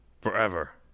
Forever